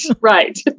Right